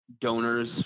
donors